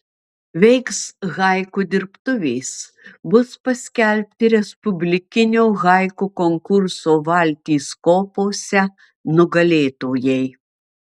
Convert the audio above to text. veiks haiku dirbtuvės bus paskelbti respublikinio haiku konkurso valtys kopose nugalėtojai